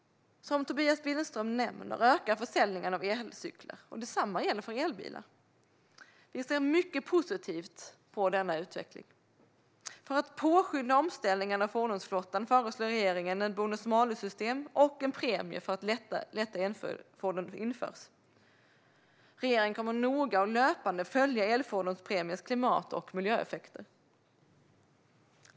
Som Tobias Billström nämner ökar försäljningen av elcyklar. Detsamma gäller för elbilar. Vi ser mycket positivt på denna utveckling. För att påskynda omställningen av fordonsflottan föreslår regeringen att ett bonus-malus-system och en premie för lätta elfordon införs. Regeringen kommer att noga och löpande följa elfordonspremiens klimat och miljöeffekter.